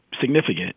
significant